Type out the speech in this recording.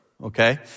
okay